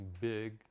big